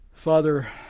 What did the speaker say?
Father